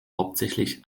hauptsächlich